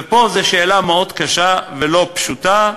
ופה, זאת שאלה מאוד קשה ולא פשוטה.